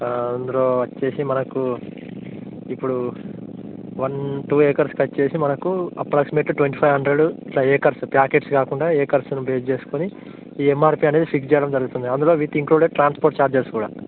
అందులో వచ్చి మనకు ఇప్పుడు వన్ టూ ఎకర్స్కి వచ్చి మనకు అప్రాక్సీమెట్లీ ట్వంటీ ఫైవ్ హండ్రెడ్ ఇట్లా ఎకర్స్ ప్యాకెట్స్ కాకుండా ఎకర్స్ని బేస్ చేసుకుని ఎంఆర్పీ అనేది ఫిక్స్ చేయడం జరుగుతుంది అందులో విత్ ఇంక్లూడెడ్ ట్రాన్స్పోర్ట్ చార్జెస్ కూడా